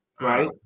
Right